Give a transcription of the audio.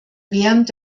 während